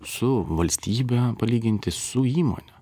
su valstybe palyginti su įmone